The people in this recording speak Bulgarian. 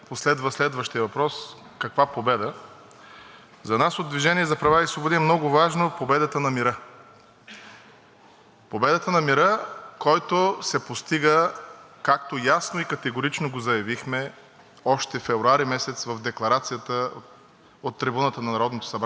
Победата на мира, който се постига, както ясно и категорично го заявихме още февруари месец в декларацията от трибуната на Народното събрание, това се постига чрез диалог, чрез дипломация, чрез разум и чрез преговори